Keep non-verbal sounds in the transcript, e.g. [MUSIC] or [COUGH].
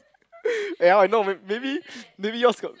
[LAUGHS] eh how I know maybe maybe maybe yours got